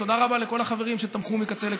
תודה רבה לכל החברים שתמכו מקצה לקצה.